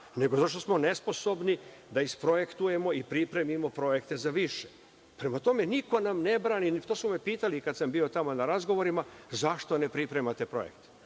nego zato što smo nesposobni da isprojektujemo i pripremimo projekte za više. Prema tome, niko nam ne brani, to su me pitali, kad sam bio tamo na razgovorima – zašto ne pripremate projekte?